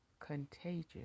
contagious